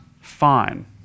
fine